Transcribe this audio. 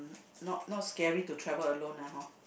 not not scary to travel alone lah hor